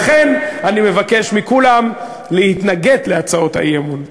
לכן אני מבקש מכולם להתנגד להצעות האי-אמון.